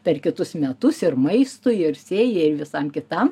per kitus metus ir maistui ir sėjai ir visam kitam